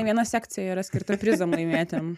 viena sekcija yra skirta prizam laimėtiem